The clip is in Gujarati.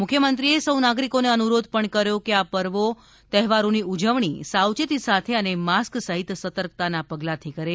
મુખ્યમંત્રીશ્રીએ એ સૌ નાગરિકોને અનુરોધ પણ કર્યો કે આ પર્વો તહેવારોની ઉજવણી સાવચેતી સાથે અને માસ્ક સહિત સતર્કતાના પગલાંથી કરે